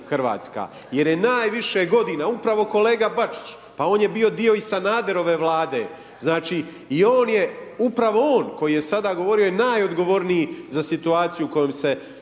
jer je najviše godina upravo kolega Bačić, pa on je bio i dio i Sanaderove Vlade, znači i on je, upravo on koji je sada govorio i onaj odgovorniji za situaciju u kojoj se